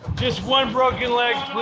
just one broken leg,